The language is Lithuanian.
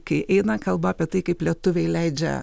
kai eina kalba apie tai kaip lietuviai leidžia